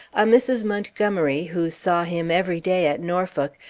a mrs. montgomery, who saw him every day at norfolk,